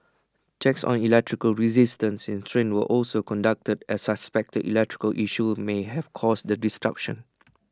checks on electrical resistance in trains were also conducted as suspected electrical issue may have caused the disruption